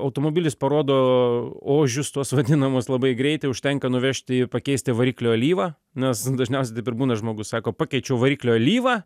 automobilis parodo ožius tuos vadinamus labai greitai užtenka nuvežti ir pakeisti variklio alyvą nes dažniausiai taip ir būna žmogus sako pakeičiau variklio alyvą